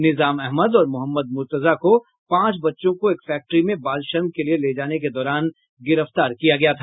निजाम अहमद और मोहम्मद मुर्तजा को पांच बच्चों को एक फैक्ट्री में बाल श्रम के लिये ले जाने के दौरान गिरफ्तार किया गया था